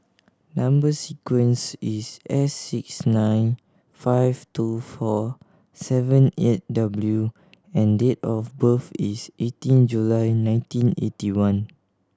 number sequence is S six nine five two four seven eight W and date of birth is eighteen July nineteen eighty one